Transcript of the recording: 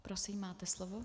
Prosím, máte slovo.